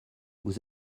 vous